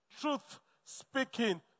Truth-speaking